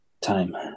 time